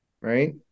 right